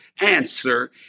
answer